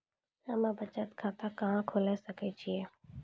हम्मे बचत खाता कहां खोले सकै छियै?